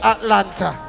Atlanta